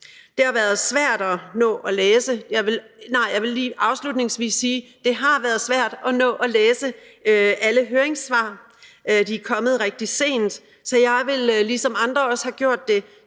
det har været svært at nå at læse alle høringssvar. De er kommet rigtig sent, så jeg vil, ligesom andre også har gjort,